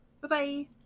Bye-bye